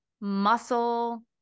muscle